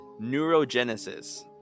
neurogenesis